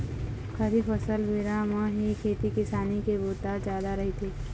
खरीफ फसल बेरा म ही खेती किसानी के बूता जादा रहिथे